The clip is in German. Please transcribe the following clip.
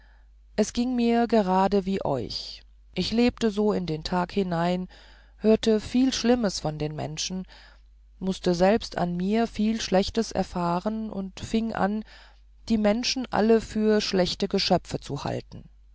es ging mir gerade wie euch ich lebte so in den tag hinein hörte viel schlimmes von den menschen mußte selbst an mir viel schlechtes erfahren und fing an die menschen alle für schlechte geschöpfe zu halten